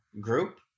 group